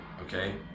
okay